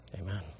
Amen